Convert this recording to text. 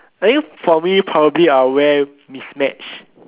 I think probably probably I'll wear mismatched